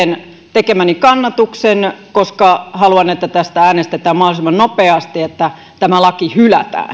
tekemäni kannatuksen koska haluan että tästä äänestetään mahdollisimman nopeasti ja että tämä laki hylätään